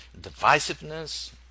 divisiveness